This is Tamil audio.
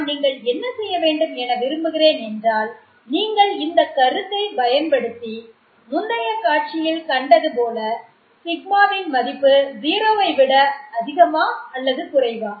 நான் நீங்கள் என்ன செய்ய வேண்டும் என விரும்புகிறேன் என்றால் நீங்கள் இந்த கருத்தை பயன்படுத்தி முந்தைய காட்சியில் கண்டது போல σ வின் மதிப்பு 0 ஐ விட அதிகமா அல்லது குறைவா